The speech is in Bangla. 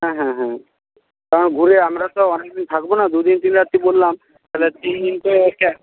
হ্যাঁ হ্যাঁ হ্যাঁ ঘুরে আমরা তো অনেক দিন থাকব না দুদিন তিনরাত্রি বললাম তাহলে তিনদিন তো